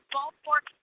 Baltimore